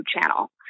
channel